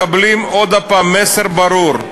מקבלים עוד פעם מסר ברור: